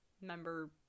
member